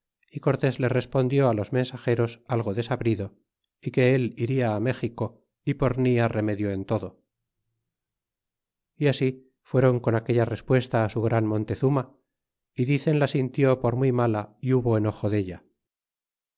y cortés les respondió los mensageros algo desabrido é que él iria méxico y porfía remedio en todo y así fuéron con aquella respuesta su gran montezuma y dicen la sintió por muy mala y hubo enojo della